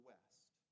West